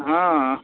हां